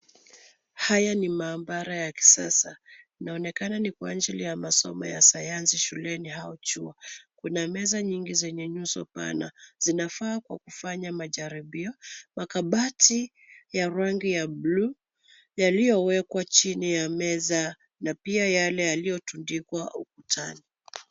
Haya ni maabara ya kisasa yanaonekana ni kwa ajili ya masomo ya sayansi shuleni au chuo, kuna meza nyingi zenye nyuso pana zinafaa kwa kufanya majaribio, mabati ya rangi ya bluu yaliyowekwa chini ya meza na pia yale yaliyotundikwa ukutani.